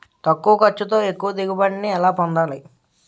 తక్కువ ఖర్చుతో ఎక్కువ దిగుబడి ని ఎలా పొందాలీ?